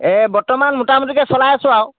এই বৰ্তমান মুটামুটিকৈ চলাই আছোঁ আৰু